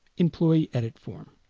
employee edit form.